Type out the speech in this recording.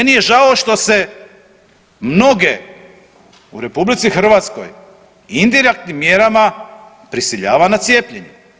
Meni je žao što se mnoge u RH indirektnim mjerama prisiljava na cijepljenje.